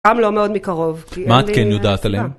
גם לא מאוד מקרוב, כי אני א...סתם...